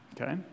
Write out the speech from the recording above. okay